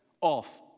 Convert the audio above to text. off